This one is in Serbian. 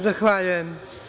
Zahvaljujem.